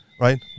right